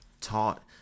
taught